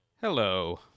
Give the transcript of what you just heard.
Hello